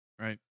right